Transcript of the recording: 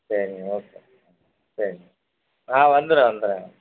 சரிங்க்கா ஓகே சரி நான் வந்துடுறேன் வந்துடுறேன்